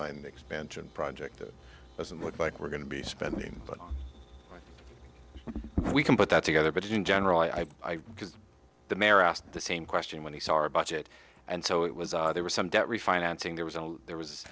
line expansion project it doesn't look like we're going to be spending but we can put that together but in general i because the mayor asked the same question when he saw our budget and so it was there was some debt refinancing there was a there was